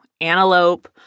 antelope